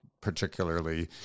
particularly